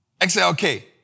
XLK